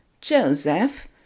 Joseph